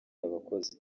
abakozi